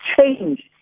change